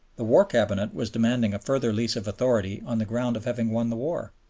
the war cabinet was demanding a further lease of authority on the ground of having won the war.